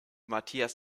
mathias